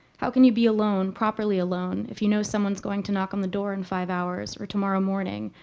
how can you be alone properly alone, if you know someone's going to knock on the door in five hours or tomorrow morning,